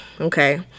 okay